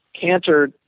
Cantor